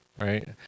right